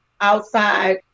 outside